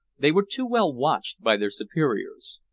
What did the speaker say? they were too well watched by their superiors.